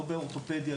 לא באורתופדיה,